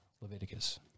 Leviticus